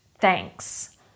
thanks